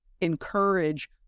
encourage